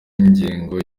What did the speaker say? ingengo